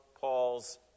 Paul's